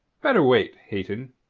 better wait, hayton,